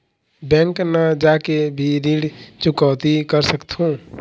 Bank न जाके भी ऋण चुकैती कर सकथों?